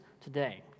today